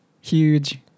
huge